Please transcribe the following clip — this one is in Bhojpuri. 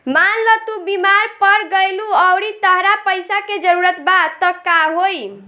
मान ल तू बीमार पड़ गइलू अउरी तहरा पइसा के जरूरत बा त का होइ